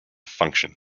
function